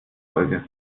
folge